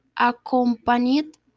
Accompanied